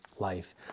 Life